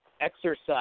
exercise